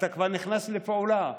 אתה כבר נכנס לפעולה.